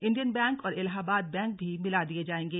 Indian bank और Allahabad bank भी मिला दिए जाएंगे